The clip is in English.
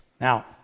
Now